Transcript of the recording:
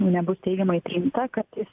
nebus teigiamai priimta kartais